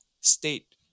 state